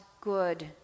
good